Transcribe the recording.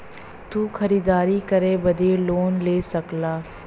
तू खरीदारी करे बदे लोन ले सकला